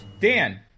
Dan